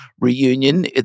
reunion